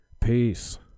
Peace